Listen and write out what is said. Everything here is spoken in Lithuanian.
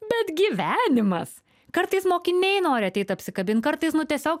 bet gyvenimas kartais mokiniai nori ateit apsikabint kartais nu tiesiog